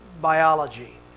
biology